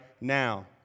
now